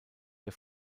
der